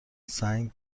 سنگ